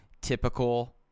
typical